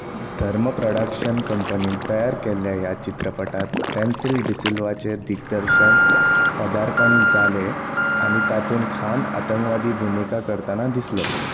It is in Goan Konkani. धर्मा प्रोडक्शन्स कंपनीन तयार केल्ल्या ह्या चित्रपटांत रेन्सिल डी सिल्वाचें दिग्दर्शनाचें पदार्पण जालें आनी तातूंत खान आतंकवादी भुमिका करतना दिसलो